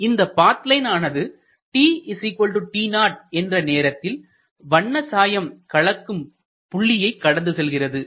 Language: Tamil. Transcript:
இந்த பாத் லைனானது tt0 என்ற நேரத்தில் வண்ணசாயம் கலக்கும் புள்ளியை கடந்து செல்கிறது